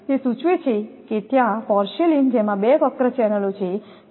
તે સૂચવે છે કે ત્યાં પોર્સેલેઇન જેમાં બે વક્ર ચેનલો છે